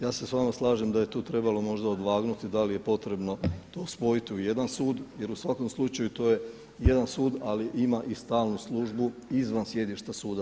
Ja se s vama slažem da je tu trebalo možda odvagnuti da li je potrebno to spojiti u jedan sud jer u svakom slučaju to je jedan sud ali ima i stalnu službu izvan sjedišta suda.